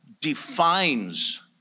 defines